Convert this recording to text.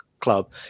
club